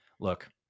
Look